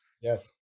Yes